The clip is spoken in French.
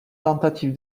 tentative